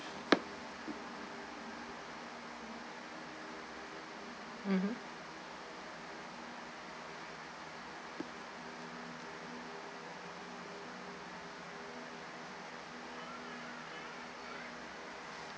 mmhmm